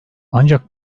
ancak